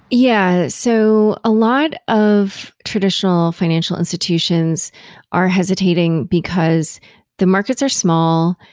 yeah. so a lot of traditional financial institutions are hesitating, because the markets are small,